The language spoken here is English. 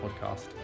Podcast